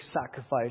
sacrifice